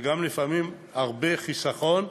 זה גם לפעמים הרבה חיסכון,